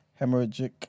hemorrhagic